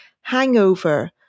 hangover